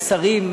ושרים,